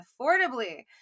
affordably